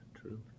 true